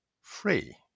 free